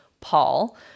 Paul